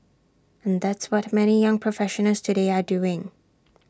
and that's what many young professionals today are doing